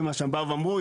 זה מה שבאו ואמרו.